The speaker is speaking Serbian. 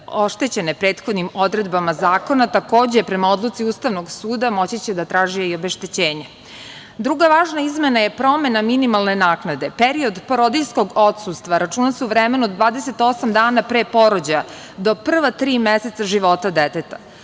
oštećene prethodnim odredbama zakona takođe prema odluci Ustavnog suda moći će da traže i obeštećenje. Druga važna izmena je promena minimalne naknade. Period porodiljskog odsustva računa se u vremenu od 28 dana pre porođaja do prva tri meseca života deteta.